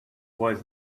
was